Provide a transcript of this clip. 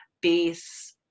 base